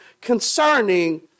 concerning